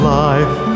life